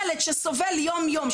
ילד שסובל יום-יום,